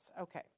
Okay